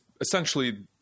essentially